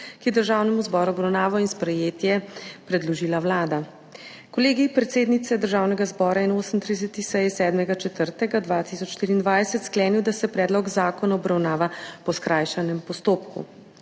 je Državnemu zboru v obravnavo in sprejetje predložila Vlada. Kolegij predsednice Državnega zbora je na 38. seji 7. 4. 2023 sklenil, da se predlog zakona obravnava po skrajšanem postopku.